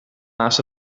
naast